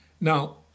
Now